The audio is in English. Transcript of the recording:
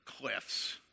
cliffs